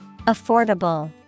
Affordable